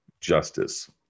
justice